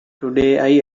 today